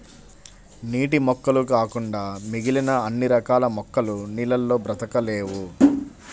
నీటి మొక్కలు కాకుండా మిగిలిన అన్ని రకాల మొక్కలు నీళ్ళల్లో బ్రతకలేవు